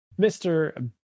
Mr